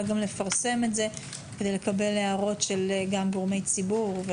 לפרסם את זה כדי לקבל הערות של גורמי ציבור,